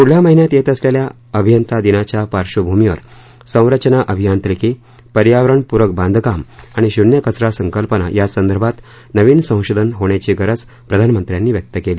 पुढल्या महिन्यात येत असलेल्या अभियंता दिनाच्या पार्श्वभूमीवर संरचना अभियांत्रिकी पर्यावरण पूरक बांधकाम आणि शून्य कचरा संकल्पना यासंदर्भात नवीन संशोधन होण्याची गरज प्रधानमंत्र्यांनी व्यक्त केली